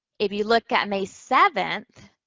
if you look at may seventh,